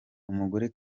umugore